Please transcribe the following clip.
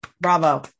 Bravo